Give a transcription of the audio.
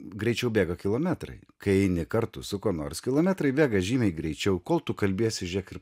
greičiau bėga kilometrai kai eini kartu su kuo nors kilometrai bėga žymiai greičiau kol tu kalbiesi žiūrėk ir